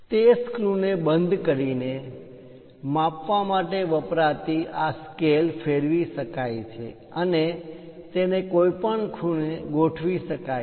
તે સ્ક્રૂ ને પેચ ને બંધ કરીને માપવા માટે વપરાતી આ સ્કેલ ફેરવી શકાય છે અને તેને કોઈપણ ખૂણે ગોઠવી શકાય છે